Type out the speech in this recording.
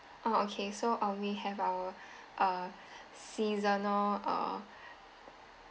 oh okay so uh we have our uh seasonal err